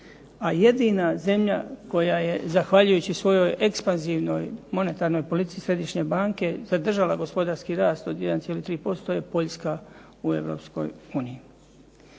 a jedina zemlja koja je zahvaljujući svojoj ekspanzivnoj monetarnoj politici Središnje banke zadržala gospodarski rast od 1,3% je Poljska u